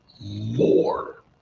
more